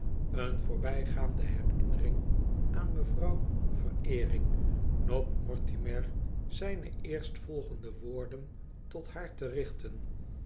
eene voorbijgaande herinnering aan mevrouw veneering noopt mortimer zijne eerstvolgende woorden tot haar te richten